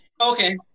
Okay